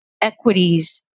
equities